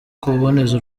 kuboneza